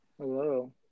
Hello